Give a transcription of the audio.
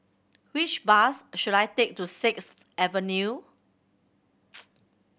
which bus should I take to Sixth Avenue